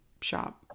shop